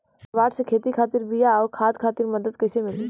नाबार्ड से खेती खातिर बीया आउर खाद खातिर मदद कइसे मिली?